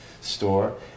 store